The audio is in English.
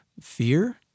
Fear